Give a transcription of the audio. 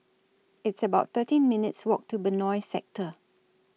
It's about thirteen minutes' Walk to Benoi Sector